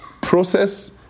Process